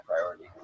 priority